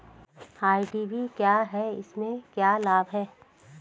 IDV क्या है इसमें क्या लाभ है?